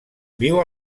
viu